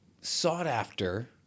sought-after